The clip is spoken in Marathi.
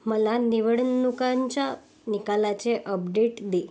मला निवडणुकांच्या निकालाचे अपडेट दे